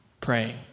praying